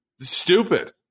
stupid